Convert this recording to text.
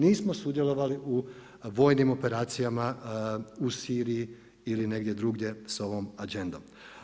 Nismo sudjelovali u vojnim operacijama u Siriji ili negdje drugdje sa ovom Agendom.